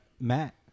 Matt